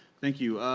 thank you.